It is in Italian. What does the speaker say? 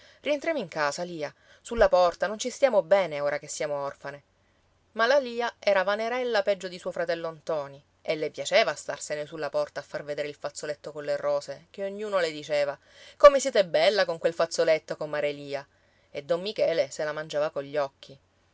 rientriamo in casa lia sulla porta non ci stiamo bene ora che siamo orfane ma la lia era vanerella peggio di suo fratello ntoni e le piaceva starsene sulla porta a far vedere il fazzoletto colle rose che ognuno le diceva come siete bella con quel fazzoletto comare lia e don michele se la mangiava cogli occhi